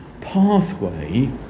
pathway